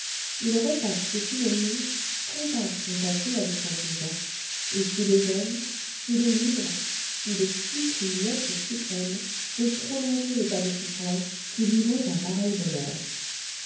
il repasse ses souvenirs compare son passé avec son présent et s'il est jeune s'il est libre il supplie l'être suprême de prolonger l'état de souffrance qui lui vaut un pareil bonheur